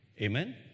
Amen